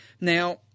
Now